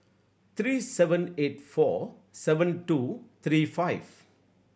three seven eight four seven two three five